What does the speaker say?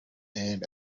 and